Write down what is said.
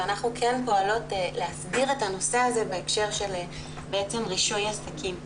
ואנחנו כן פועלות להסדיר את הנושא הזה במסגרת רישוי עסקים.